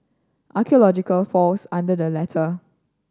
archaeology falls under the latter